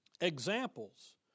examples